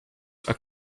are